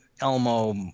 Elmo